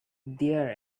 there